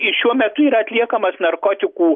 i šiuo metu yra atliekamas narkotikų